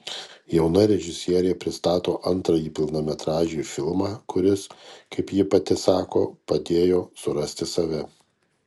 jauna režisierė pristato antrąjį pilnametražį filmą kuris kaip ji pati sako padėjo surasti save